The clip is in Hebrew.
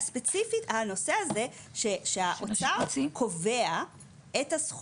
יש לנו כאן מצב